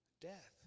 death